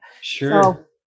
Sure